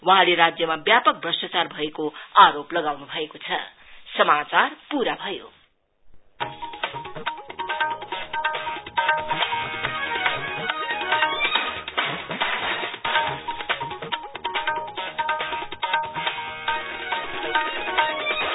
वहाँले राज्यमा व्यापक भ्रष्टाचार भएको आरोप लगाउनु भयो